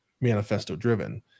manifesto-driven